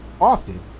often